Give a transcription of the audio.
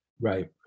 Right